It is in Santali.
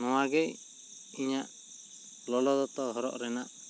ᱱᱚᱣᱟ ᱜᱮ ᱤᱧᱟᱹᱜ ᱞᱚᱞᱚ ᱫᱚᱛᱚ ᱦᱚᱨᱚᱜ ᱨᱮᱱᱟᱜ